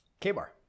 K-Bar